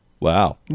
Wow